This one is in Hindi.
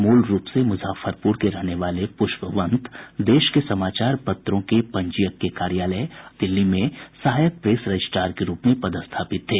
मूल रुप से मुजफ्फरपुर के रहने वाले पुष्पवंत देश के समाचार पत्रों के पंजीयक के कार्यालय आरएनआई नई दिल्ली में सहायक प्रेस रजिस्ट्रार के रुप में पदस्थापित थे